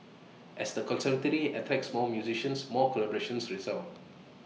as the conservatory attacks more musicians more collaborations result